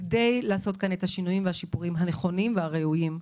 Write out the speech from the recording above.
כדי לעשות כאן את השינויים והשיפורים הנכונים והראויים,